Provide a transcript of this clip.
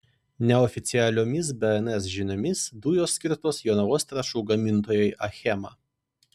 neoficialiomis bns žiniomis dujos skirtos jonavos trąšų gamintojai achema